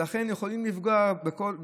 ולכן יכולים לפגוע בכול.